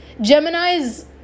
Gemini's